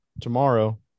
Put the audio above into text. tomorrow